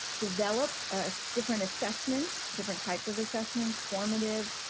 develop but different assessments, different types of assessments, formative,